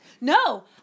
No